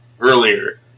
earlier